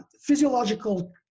physiological